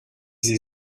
sie